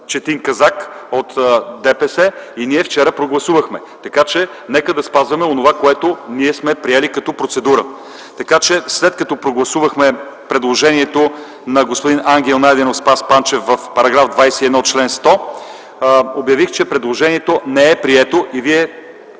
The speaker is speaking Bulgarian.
Четин Казак от ДПС и ние вчера прогласувахме, така че нека спазваме онова, което ние сме приели като процедура. Така че след като прогласувахме предложението на господин Ангел Найденов и Спас Панчев в § 21, чл. 100, обявих, че предложението не е прието и Вие